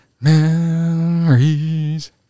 memories